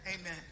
Amen